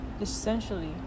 Essentially